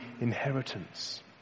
inheritance